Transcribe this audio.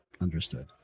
Understood